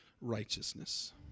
righteousness